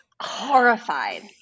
horrified